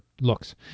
looks